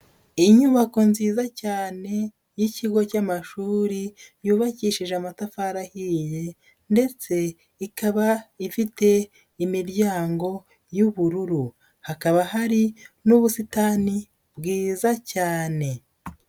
Inyubako nziza cyane y'ikigo cy'amashuri yubakishije amatafari ahiye ndetse ikaba ifite imiryango y'ubururu hakaba hari n'ubusitani bwiza cyane.